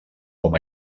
com